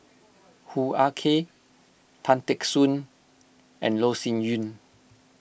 Hoo Ah Kay Tan Teck Soon and Loh Sin Yun